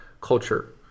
culture